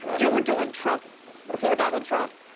you were doing trump before donald trump.